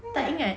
ah